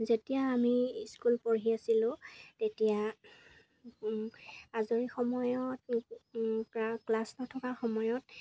যেতিয়া আমি স্কুল পঢ়ি আছিলোঁ তেতিয়া আজৰি সময়ত ক্লাছ নথকাৰ সময়ত